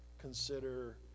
consider